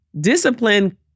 Discipline